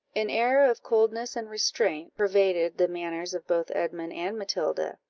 an air of coldness and restraint pervaded the manners of both edmund and matilda,